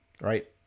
right